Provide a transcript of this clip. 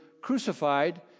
crucified